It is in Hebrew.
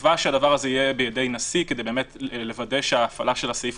נקבע שהדבר הזה יהיה בידי נשיא כדי לוודא שהפעלת הסעיף